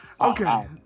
Okay